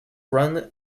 run